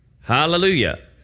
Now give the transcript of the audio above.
Hallelujah